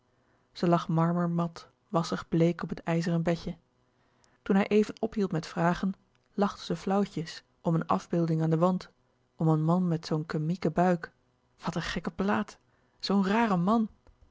ze lag marmer mat wassig bleek op het ijzeren bedje toen hij even ophield met vragen lachte ze flauwtjes om een afbeelding an den wand om een man met zoo'n kemieken buik wat n gekke plaat zoo'n rare man